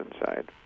inside